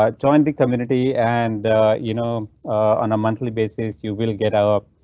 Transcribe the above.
um joined the community and you know on a monthly basis you will get out.